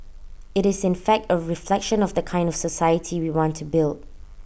IT is in fact A reflection of the kind of society we want to build